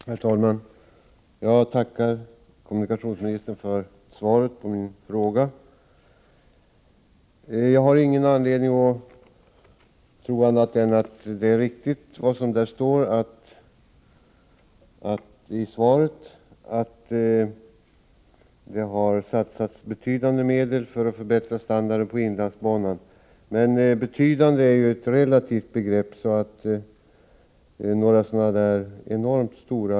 Herr talman! Jag tackar kommunikationsministern för svaret på min fråga. Jag har ingen anledning att tro annat än att det som står i svaret är riktigt, dvs. att SJ har satsat betydande medel för att förbättra standarden på inlandsbanan. ”Betydande” är emellertid ett relativt begrepp, så det behöver inte vara fråga om några enorma summor.